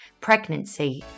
pregnancy